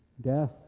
death